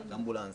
נהג אמבולנס,